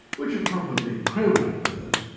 which were probably crow-like birds,